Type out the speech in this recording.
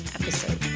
episode